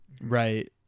right